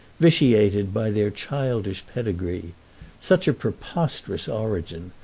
vitiated by their childish pedigree such a preposterous origin,